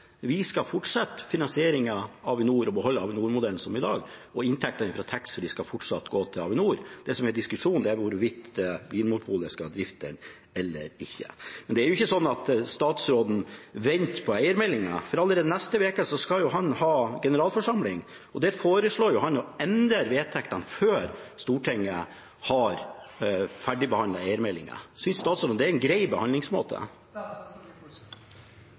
Vi skal fortsette finansieringen av Avinor og beholde Avinor-modellen som i dag, og inntektene fra taxfree skal fortsatt gå til Avinor. Det som er diskusjonen, er hvorvidt Vinmonopolet skal drifte eller ikke. Det er ikke sånn at statsråden venter på eiermeldingen. Allerede i neste uke skal han ha generalforsamling. Der foreslår han å endre vedtektene før Stortinget har ferdigbehandlet eiermeldingen. Synes statsråden at det er en grei behandlingsmåte?